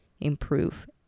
improve